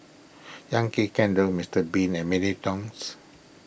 Yankee Candle Mister Bean and Mini Toons